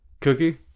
Cookie